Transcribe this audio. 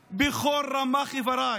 בכל רמ"ח איבריי